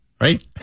Right